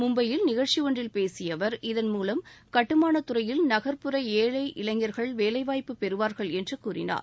மும்பையில் நிகழ்ச்சி ஒன்றில் பேசிய அவர் கட்டுமானத் துறையில் நகர்ப்புற ஏழை இளைஞர்கள் இதன் மூலம் வேலைவாய்ப்பு பெறுவார்கள் என்று கூறினார்